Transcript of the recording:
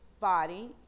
body